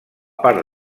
part